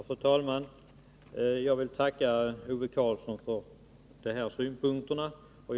Fru talman! Jag vill tacka Ove Karlsson för det senaste inlägget.